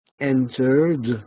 entered